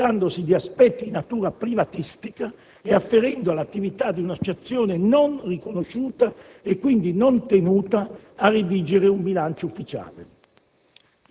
trattandosi di aspetti di natura privatistica ed afferendo all'attività di un'associazione non riconosciuta e quindi non tenuta a redigere un bilancio ufficiale.